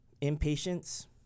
impatience